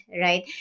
right